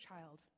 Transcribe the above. child